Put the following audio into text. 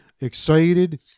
Excited